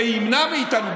וימנע מאיתנו,